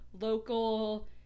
local